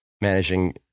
managing